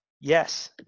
Yes